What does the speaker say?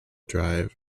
drive